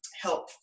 help